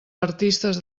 artistes